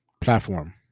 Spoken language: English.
platform